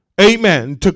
amen